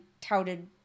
touted